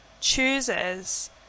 chooses